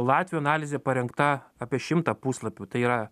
latvių analizė parengta apie šimtą puslapių tai yra